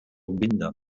binder